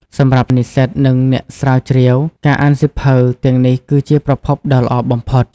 សម្រាប់និស្សិត និងអ្នកស្រាវជ្រាវ ការអានសៀវភៅទាំងនេះគឺជាប្រភពដ៏ល្អបំផុត។